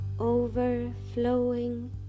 overflowing